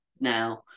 now